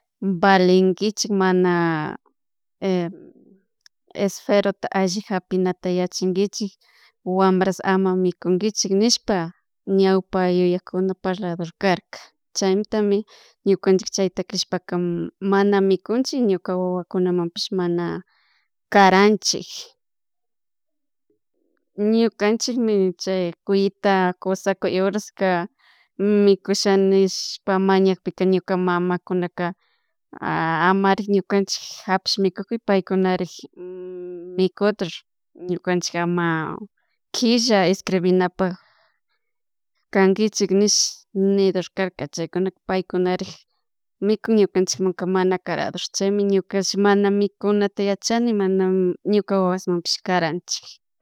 valinkichik mana esferota allijapinata yachankinchik wambras ama mikunkichik nishpa ñaupak yuyakuna parlador karka chaymuntami ñukanchik chayta crishpaka mana mikunchik ñuka wawakunamanpish mana karanchik. Ñukanchikmi chay cuyeta kusakuy huraska mikushanishpa mañakpika ñuka mamakunaka amarik ñukanchik hapish mikukpi paykunarik mikudur ñukanchik ama killa escribinapak kankichik nish nidor karka chaykuna paykunarik mikun ñukanchikmun mana karador chaymi ñukash mana mikunata yachani mana ñuka wawasmunpish karanchik